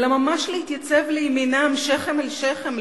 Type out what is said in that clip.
אלא ממש להתייצב לימינם שכם אל שכם,